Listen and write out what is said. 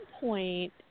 point